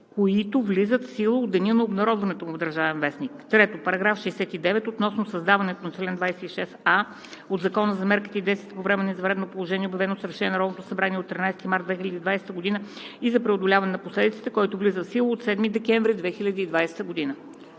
които влизат в сила от деня на обнародването му в „Държавен вестник“; 3. параграф 69 относно създаването на чл. 26а от Закона за мерките и действията по време на извънредното положение, обявено с решение на Народното събрание от 13 март 2020 г., и за преодоляване на последиците, който влиза в сила от 7 декември 2020 г.“